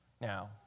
Now